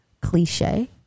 Cliche